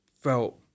felt